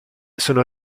sono